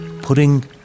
putting